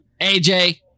AJ